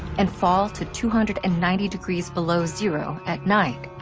and fall to two hundred and ninety degrees below zero at night.